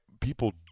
people